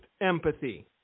empathy